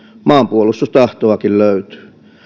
maanpuolustustahtoakin löytyy